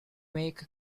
make